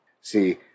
See